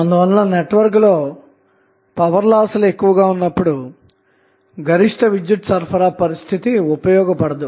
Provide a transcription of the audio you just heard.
అందువలన నెట్వర్క్ లో power loss లు ఎక్కువగా ఉన్నప్పుడు గరిష్ట విద్యుత్ సరఫరా పరిస్థితి ఉపయోగపడదు